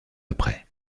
après